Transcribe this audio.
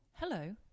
Hello